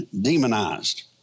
demonized